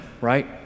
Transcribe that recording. right